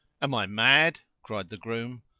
am i mad, cried the groom,